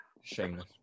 Shameless